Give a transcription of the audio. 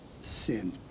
sin